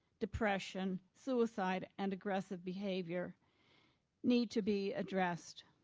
depression, suicide and aggressive behavior need to be addressed.